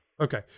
Okay